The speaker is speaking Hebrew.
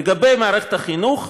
לגבי מערכת החינוך,